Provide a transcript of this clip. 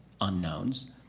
unknowns